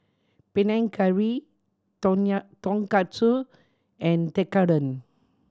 Panang Curry Tonkatsu and Tekkadon